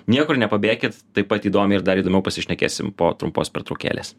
niekur nepabėkit taip pat įdomiai ir dar įdomiau pasišnekėsim po trumpos pertraukėlės